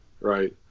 Right